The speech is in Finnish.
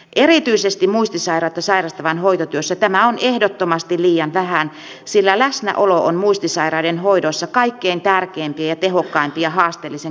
erityisesti muistisairautta sairastavan hoitotyössä tämä on ehdottomasti liian vähän sillä läsnäolo on muistisairaiden hoidossa kaikkein tärkeimpiä ja tehokkaimpia haasteellisen käyttäytymisen hoitokeinoja